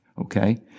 Okay